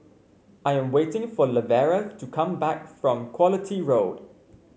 I am waiting for Lavera to come back from Quality Road